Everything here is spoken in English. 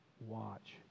watch